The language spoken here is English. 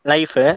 Life